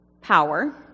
power